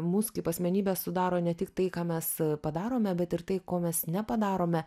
mus kaip asmenybę sudaro ne tik tai ką mes padarome bet ir tai ko mes nepadarome